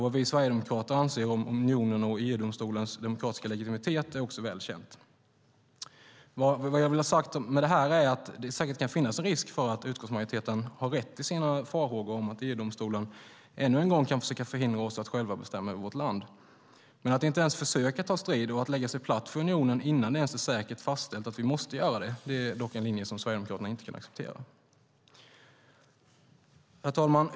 Vad vi sverigedemokrater anser om unionens och EU-domstolens demokratiska legitimitet är också väl känt. Vad jag vill ha sagt med detta är att det säkert kan finnas en risk för att utskottsmajoriteten har rätt i sina farhågor om att EU-domstolen ännu en gång kan försöka förhindra oss att själva bestämma över vårt land. Men att inte ens försöka ta strid och att lägga sig platt för unionen innan det ens är säkert fastställt att vi måste göra det är dock en linje som Sverigedemokraterna inte kan acceptera. Herr talman!